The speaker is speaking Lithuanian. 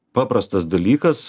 paprastas dalykas